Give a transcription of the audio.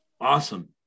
Awesome